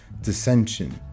dissension